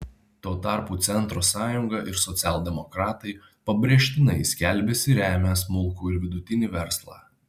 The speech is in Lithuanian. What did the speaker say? tuo tarpu centro sąjunga ir socialdemokratai pabrėžtinai skelbiasi remią smulkų ir vidutinį verslą